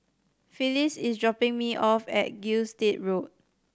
Phyllis is dropping me off at Gilstead Road